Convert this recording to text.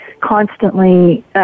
constantly